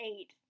eight